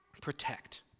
protect